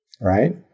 Right